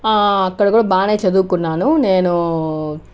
అక్కడ కూడా బాగా చదువుకున్నాను నేను